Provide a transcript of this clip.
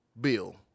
Bill